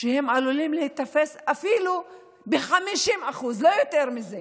שהם עלולים להיתפס, אפילו ב-50%, לא יותר מזה,